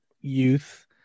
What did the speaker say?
youth